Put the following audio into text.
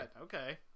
okay